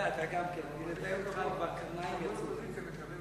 (בתי-קברות שאינם משמשים למטרות